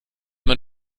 man